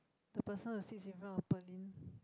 the person who sits in front of Pearlyn